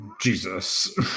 Jesus